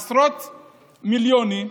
עשרות מיליונים,